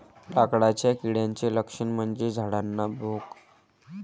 लाकडाच्या किड्याचे लक्षण म्हणजे झाडांना भोक